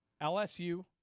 LSU